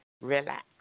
relax